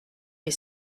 les